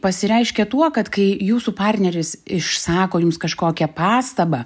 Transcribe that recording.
pasireiškia tuo kad kai jūsų partneris išsako jums kažkokią pastabą